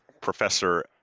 professor